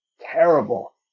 terrible